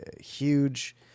huge